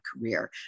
career